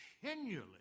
continually